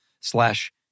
slash